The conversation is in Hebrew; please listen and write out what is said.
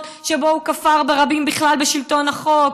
שבהן הוא כפר ברבים בכלל בשלטון החוק,